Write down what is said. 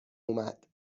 اومد